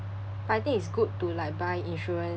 but I think it's good to like buy insurance